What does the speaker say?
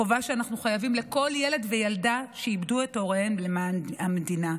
חובה שאנחנו חייבים לכל ילד וילדה שאיבדו את הוריהם למען המדינה.